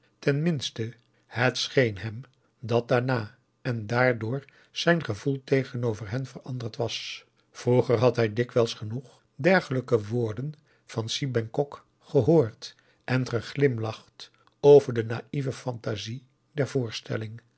het scheen hem dat daarna en daardoor zijn gevoel tegenover hen veranderd was vroeger had hij dikwijls genoeg dergelijke woorden van si bengkok gehoord en geglimlacht om de naïeve fantasie der voorstelling